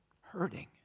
hurting